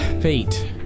Fate